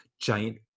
giant